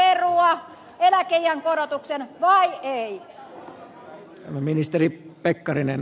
aikooko se perua eläkeiän korotuksen vai ei